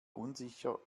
unsicher